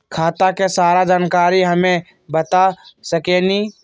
खाता के सारा जानकारी हमे बता सकेनी?